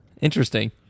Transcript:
Interesting